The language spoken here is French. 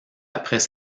après